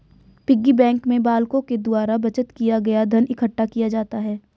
piggy bank में बालकों के द्वारा बचत किया गया धन इकट्ठा किया जाता है